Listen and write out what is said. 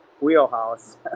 wheelhouse